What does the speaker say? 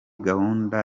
gahunda